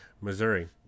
Missouri